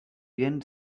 end